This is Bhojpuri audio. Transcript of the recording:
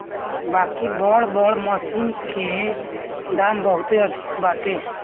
बाकि बड़ बड़ मशीन के दाम बहुते अधिका बाटे